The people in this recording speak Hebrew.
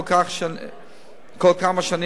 כל כמה שנים,